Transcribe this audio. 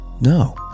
No